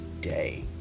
day